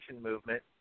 movement